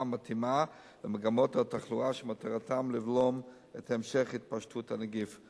המתאימה למגמות התחלואה שמטרתן לבלום את המשך התפשטות הנגיף.